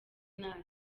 natwe